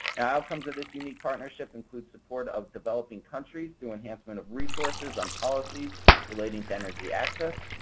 outcome to this unique partnership include support of developing countries through enhancement of resources on policies relating to energy access,